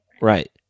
right